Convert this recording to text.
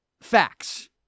facts